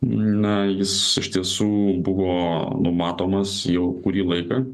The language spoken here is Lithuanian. na jis iš tiesų buvo numatomas jau kurį laiką